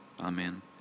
Amen